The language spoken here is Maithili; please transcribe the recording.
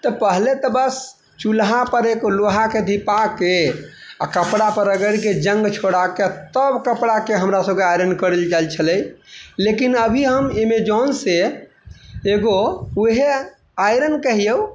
तऽ पहले तऽ बस चूल्हा पर एगो लोहा के धीपा के आ कपड़ा पर रगैड़ के जंग छोड़ा के तब कपड़ा के हमरा सबके आइरन करल जाइ छलय लेकिन अभी हम एमेजोन से एगो उहे आइरन कहियो